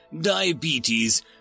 Diabetes